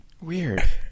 Weird